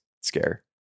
scare